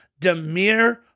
Demir